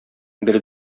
бер